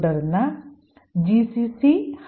തുടർന്ന് gcc hello